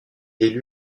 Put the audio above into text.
élu